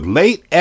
late